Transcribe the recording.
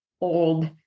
old